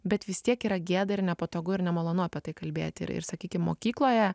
bet vis tiek yra gėda ir nepatogu ir nemalonu apie tai kalbėti ir ir sakykim mokykloje